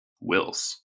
Wills